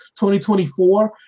2024